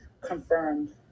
confirmed